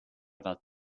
about